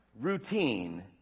routine